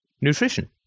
nutrition